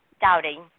doubting